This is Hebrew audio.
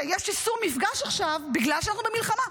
שיש איסור מפגש עכשיו בגלל שאנחנו במלחמה.